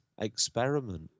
experiment